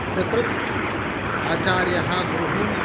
सकृत् आचार्यः गुरुः